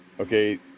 Okay